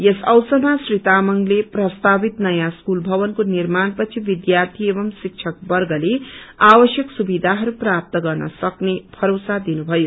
यस अवसरमा श्री तामाङले प्रस्तवित नयाँ स्कूल भवनको निर्माण पछि विध्यार्थी एव शिक्षक वर्गले आवश्यक सुवियाहरू प्राप्त गर्न सक्ने भरोसा दिनु भयो